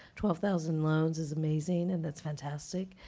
twelve thousand loans is amazing. and that's fantastic.